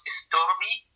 stormy